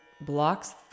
blocks